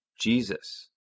Jesus